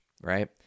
right